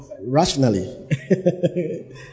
Rationally